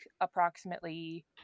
approximately